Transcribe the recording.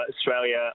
Australia